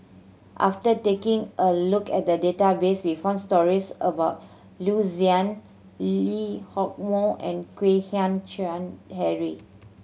after taking a look at the database we found stories about Loo Zihan Lee Hock Moh and Kwek Hian Chuan Henry